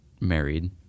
married